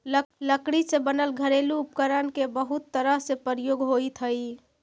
लकड़ी से बनल घरेलू उपकरण के बहुत तरह से प्रयोग होइत हइ